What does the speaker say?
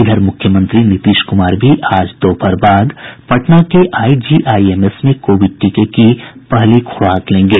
इधर मुख्यमंत्री नीतीश कुमार भी आज दोपहर बाद पटना के आईजीआईएमएस में कोविड टीके की पहली खुराक लेंगे